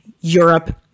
Europe